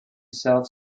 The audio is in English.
south